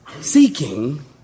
Seeking